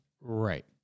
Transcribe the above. Right